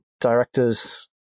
directors